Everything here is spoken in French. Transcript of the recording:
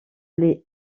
les